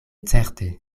certe